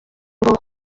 ngo